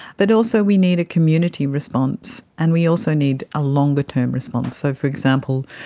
but also we need a community response, and we also need a longer term response. so, for example,